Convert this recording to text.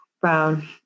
brown